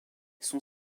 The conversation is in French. sont